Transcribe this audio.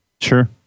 Sure